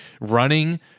Running